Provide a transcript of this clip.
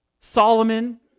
Solomon